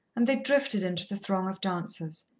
and they drifted into the throng of dancers.